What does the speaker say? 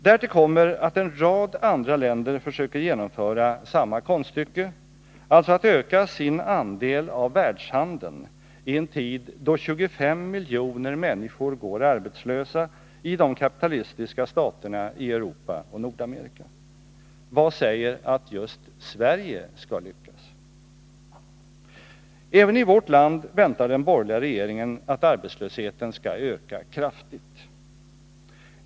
Därtill kommer att en rad andra länder försöker genomföra samma konststycke, alltså att öka sin andel av världshandeln i en tid då 25 miljoner människor går arbetslösa i de kapitalistiska staterna i Europa och Nordamerika. Vad säger att just Sverige skall lyckas? Även i vårt land väntar ju den borgerliga regeringen att arbetslösheten skall öka kraftigt.